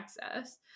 access